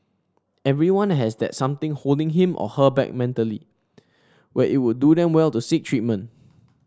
everyone has that something holding him or her back mentally where it would do them well to seek treatment